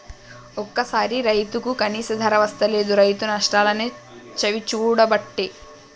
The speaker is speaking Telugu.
ఒక్కోసారి రైతుకు కనీస ధర వస్తలేదు, రైతు నష్టాలనే చవిచూడబట్టే